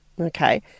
Okay